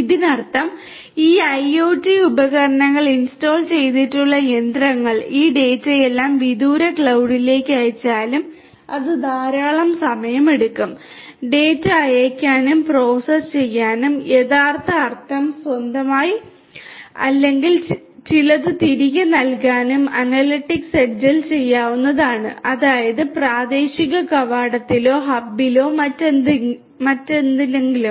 ഇതിനർത്ഥം ഈ IoT ഉപകരണങ്ങൾ ഇൻസ്റ്റാൾ ചെയ്തിട്ടുള്ള യന്ത്രങ്ങൾ ഈ ഡാറ്റയെല്ലാം വിദൂര ക്ലൌഡിലേക്ക് അയച്ചാലും അത് ധാരാളം സമയം എടുക്കും ഡാറ്റ അയയ്ക്കാനും പ്രോസസ്സ് ചെയ്യാനും യഥാർത്ഥ അർത്ഥം സ്വന്തമായി അല്ലെങ്കിൽ ചിലത് തിരികെ നൽകാനും അനലിറ്റിക്സ് എഡ്ജിൽ ചെയ്യാവുന്നതാണ് അതായത് പ്രാദേശിക കവാടത്തിലോ ഹബ്ബിലോ മറ്റെന്തെങ്കിലുമോ